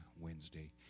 Wednesday